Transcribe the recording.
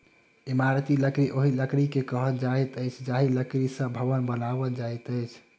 इमारती लकड़ी ओहि लकड़ी के कहल जाइत अछि जाहि लकड़ी सॅ भवन बनाओल जाइत अछि